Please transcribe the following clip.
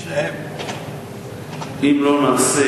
אם לא נעשה